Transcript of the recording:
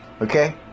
okay